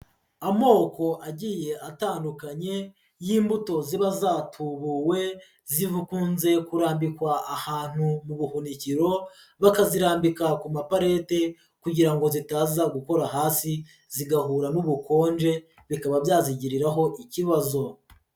Amoko agiye atandukanye y'imbuto ziba zatubuwe, zikunze kurambikwa ahantu mu buhunikiro, bakazirambika ku maparete kugira ngo zitaza gukora hasi zigahura n'ubukonje, bikaba byazigiriraho ikibazo.